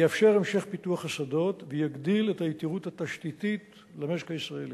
יאפשר המשך פיתוח השדות ויגדיל את היתירות התשתיתית למשק הישראלי.